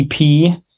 EP